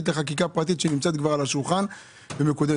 לחקיקה פרטית שנמצאת כבר על השולחן ומקודמת.